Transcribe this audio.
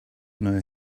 know